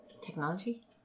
technology